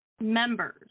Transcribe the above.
members